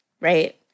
right